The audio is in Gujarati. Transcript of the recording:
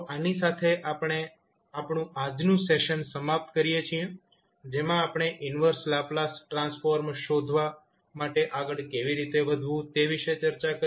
તો આની સાથે આપણે આપણું આજનું સેશન સમાપ્ત કરીએ છીએ જેમાં આપણે ઈન્વર્સ લાપ્લાસ ટ્રાન્સફોર્મ શોધવા માટે આગળ કેવી રીતે વધવું તે વિશે ચર્ચા કરી